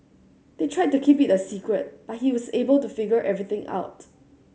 they tried to keep it a secret but he was able to figure everything out